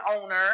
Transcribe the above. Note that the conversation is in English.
owner